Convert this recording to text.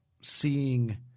seeing